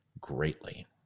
greatly